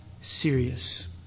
serious